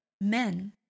Men